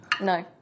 No